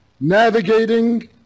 navigating